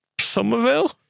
Somerville